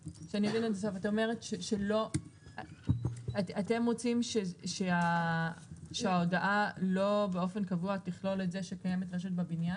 אתם רוצים שההודעה לא באופן קבוע תכלול את זה שקיימת רשת בבניין?